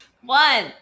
One